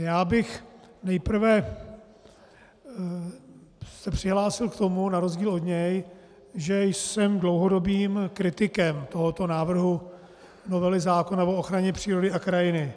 Já bych nejprve se přihlásil k tomu, na rozdíl od něj, že jsem dlouhodobým kritikem tohoto návrhu novely zákona o ochraně přírody a krajiny.